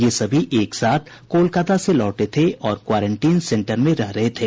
ये सभी एक साथ कोलकाता से लौटे थे और क्वारेंटीन सेंटर में रह रहे थे